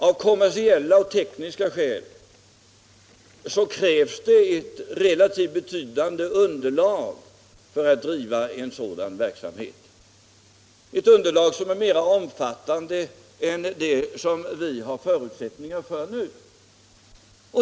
Av kommersiella och tekniska skäl krävs det ett relativt betydande underlag för att driva en sådan verksamhet, ett underlag som är mera omfattande än vad vi har förutsättningar för nu.